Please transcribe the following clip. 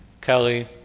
Kelly